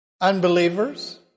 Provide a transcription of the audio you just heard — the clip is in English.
unbelievers